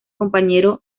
compañero